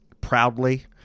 proudly